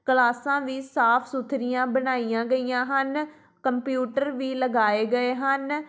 ਕਲਾਸਾਂ ਵੀ ਸਾਫ਼ ਸੁਥਰੀਆਂ ਬਣਾਈਆਂ ਗਈਆਂ ਹਨ ਕੰਪਿਊਟਰ ਵੀ ਲਗਾਏ ਗਏ ਹਨ